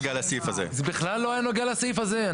זה בכלל לא נגע לסעיף הזה,